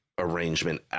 arrangement